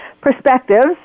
perspectives